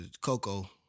Coco